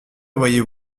voyez